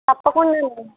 తప్పకుండా